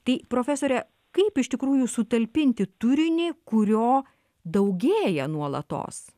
tai profesore kaip iš tikrųjų sutalpinti turinį kurio daugėja nuolatos